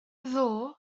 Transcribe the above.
ddoe